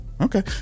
Okay